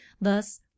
thus